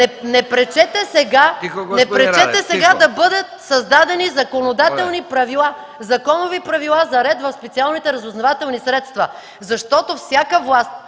Не пречете сега да бъдат създадени законодателни правила, законови правила за ред в специалните разузнавателни средства. Защото всяка власт,